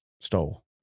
stole